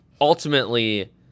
ultimately